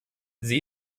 sie